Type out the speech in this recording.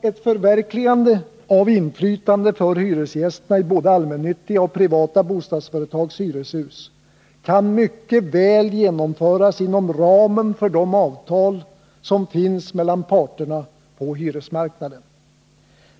Ett förverkligande av inflytande för hyresgästerna i både allmännyttiga och privata bostadsföretags hyreshus kan mycket väl genomföras inom ramen för de avtal som finns mellan parterna på hyresmarknaden.